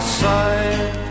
side